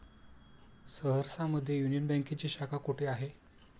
सहरसा मध्ये युनियन बँकेची शाखा कुठे आहे?